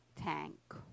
tank